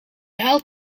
haalt